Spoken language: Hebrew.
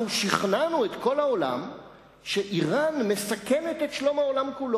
ושכנענו את כל העולם שאירן מסכנת את שלום העולם כולו.